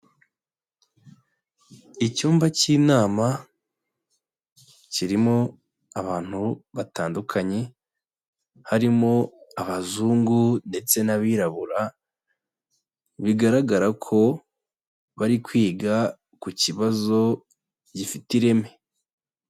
Icyumba cy'inama kirimo abantu batandukanye harimo abazungu ndetse n'abirabura, bigaragara ko bari kwiga ku kibazo gifite ireme.